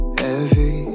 heavy